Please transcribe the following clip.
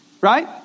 Right